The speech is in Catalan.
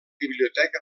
biblioteca